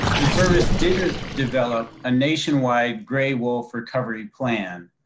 the service didn't develop a nationwide gray wolf recovery plan.